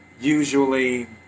usually